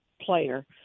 player